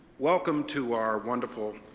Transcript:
welcome to our wonderful,